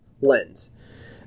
lens